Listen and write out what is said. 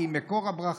כי היא מקור הברכה",